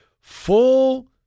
full